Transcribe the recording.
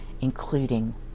including